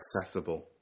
accessible